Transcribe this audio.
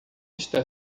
está